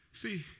See